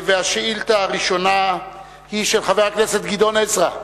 השאילתא הראשונה היא של חבר הכנסת גדעון עזרא,